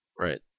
Right